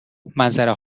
منظره